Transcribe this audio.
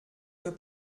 für